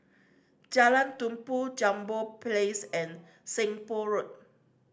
Jalan Tumpu Jambol Place and Seng Poh Road